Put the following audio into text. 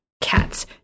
cats